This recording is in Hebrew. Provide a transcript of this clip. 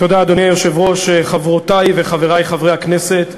אדוני היושב-ראש, תודה, חברותי וחברי חברי הכנסת,